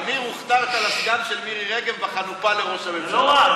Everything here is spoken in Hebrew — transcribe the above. שגם עם יד קשורה מאחורי הגב, תודה רבה.